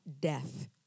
death